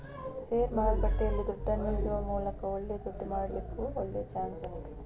ಷೇರು ಮಾರುಕಟ್ಟೆಯಲ್ಲಿ ದುಡ್ಡನ್ನ ಇಡುವ ಮೂಲಕ ಒಳ್ಳೆ ದುಡ್ಡು ಮಾಡ್ಲಿಕ್ಕೂ ಒಳ್ಳೆ ಚಾನ್ಸ್ ಉಂಟು